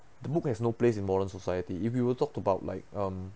the book has no place in modern society if we were talk about like um